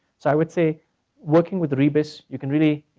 so i would say working with rebus, you can really,